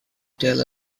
tell